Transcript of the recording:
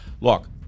look